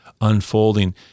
unfolding